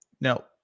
Now